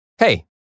Hey